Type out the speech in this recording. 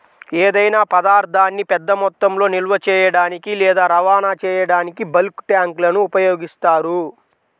ఏదైనా పదార్థాన్ని పెద్ద మొత్తంలో నిల్వ చేయడానికి లేదా రవాణా చేయడానికి బల్క్ ట్యాంక్లను ఉపయోగిస్తారు